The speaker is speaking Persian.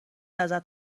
ازت